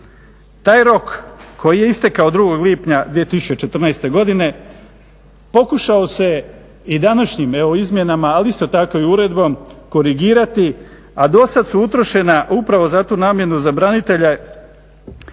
Taj rok koji je istekao 2. lipnja 2014. godine pokušao se i današnjim izmjenama, ali isto tako i uredbom korigirati, a dosad su utrošena upravo za tu namjenu za branitelje kojima